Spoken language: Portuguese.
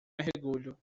mergulho